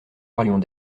parlions